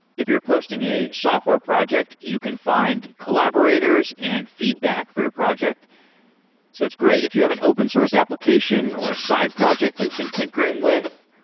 if you're posting a software project you can find collaborators and feedback for your project so it's great if you have an open-source application, or a side project you've been tinkering with,